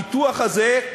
הפיתוח הזה,